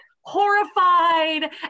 horrified